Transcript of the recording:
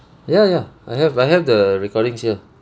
ya ya I have I have the recordings here